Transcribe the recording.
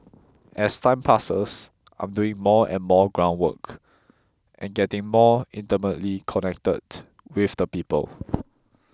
as time passes I'm doing more and more ground work and getting more intimately connected with the people